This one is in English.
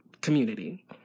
community